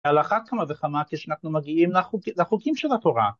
על אחת כמה וכמה כשאנחנו מגיעים לחוקים של התורה.